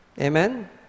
Amen